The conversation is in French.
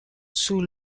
sous